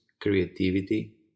creativity